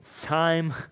time